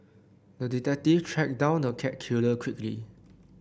the detective tracked down the cat killer quickly